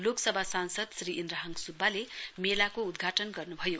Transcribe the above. लोकसभा सांसद श्री इन्द्रहाङ सुब्बाले मेलाको उदघाटन गर्नु भयो